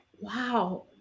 wow